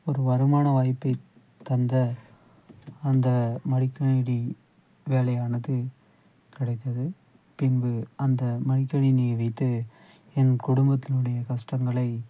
ஒரு வருமான வாய்ப்பைத் தந்த அந்த மடிக்கணினி வேலையானது கிடைத்தது பின்பு அந்த மடிக்கணினியை வைத்து என் குடும்பத்தினுடைய கஷ்டங்களை